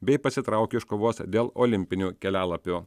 bei pasitraukė iš kovos dėl olimpinių kelialapių